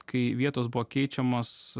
kai vietos buvo keičiamos